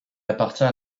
appartient